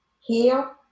Heal